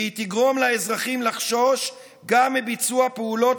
והיא תגרום לאזרחים לחשוש גם מביצוע פעולות